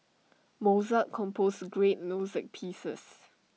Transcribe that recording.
Mozart composed great music pieces